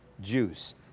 juice